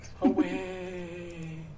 Away